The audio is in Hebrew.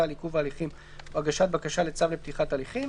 על עיכוב ההליכים או הגשת בקשה לצו לפתיחת הליכים.